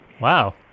Wow